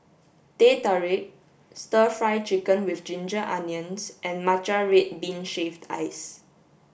Teh Tarik stir fry chicken with ginger onions and matcha red bean shaved ice